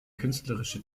künstlerische